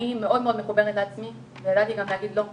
אני מאוד מאוד מחוברת לעצמי וידעתי גם להגיד: לא,